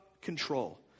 control